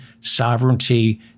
sovereignty